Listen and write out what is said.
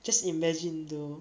just imagine though